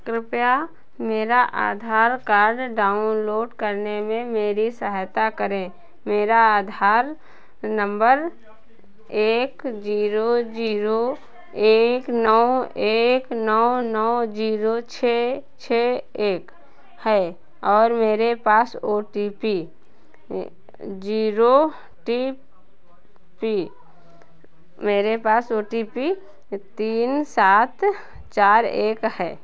कृपया मेरा Aadhaar card download करने में मेरी सहायता करें मेरा आधार नम्बर एक ज़ीरो ज़ीरो एक नौ एक नौ नौ ज़ीरो छह छह एक है और मेरे पास O T P zero T P मेरे पास ओ टी थ्री तीन सात चार एक है